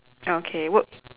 okay we~